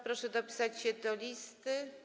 Proszę dopisać się do listy.